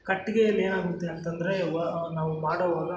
ಕಟ್ಟಿಗೆಯಲ್ಲಿ ಏನಾಗುತ್ತೆ ಅಂತಂದರೆ ವ ನಾವು ಮಾಡೋವಾಗ